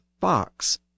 fox